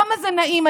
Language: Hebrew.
כמה זה נעים?